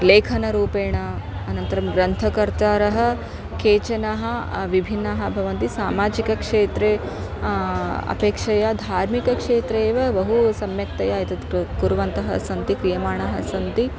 लेखनरूपेण अनन्तरं ग्रन्थकर्तारः केचनः विभिन्नाः भवन्ति सामाजिकक्षेत्रे अपेक्षया धार्मिकक्षेत्रे एव बहु सम्यक्तया एतत् कृतं कुर्वन्तः सन्ति क्रियमाणः सन्ति